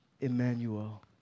Emmanuel